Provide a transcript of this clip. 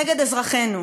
נגד אזרחינו.